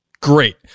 great